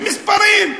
מִסְפרים.